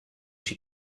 she